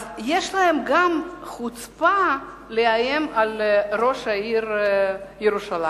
אז יש להם גם חוצפה לאיים על ראש העיר ירושלים,